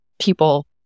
people